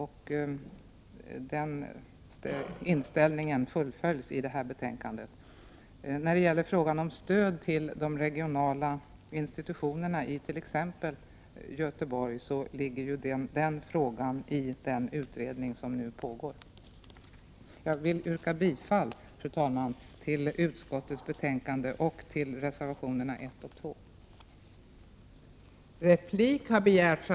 Den inställningen fullföljs i det nu föreliggande betänkandet. Frågan om stöd till de regionala institutionerna, t.ex. i Göteborg, behandlas av den nu pågående utredningen. Fru talman! Jag yrkar bifall till utskottets hemställan utom i momenten 2 och 3, där jag yrkar bifall till reservationerna 1 och 2.